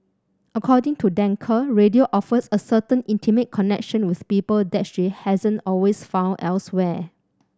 according to Danker radio offers a certain intimate connection with people that she hasn't always found elsewhere